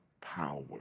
power